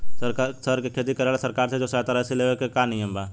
सर के खेती करेला सरकार से जो सहायता राशि लेवे के का नियम बा?